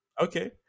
Okay